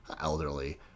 elderly